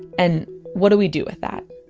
and what do we do with that?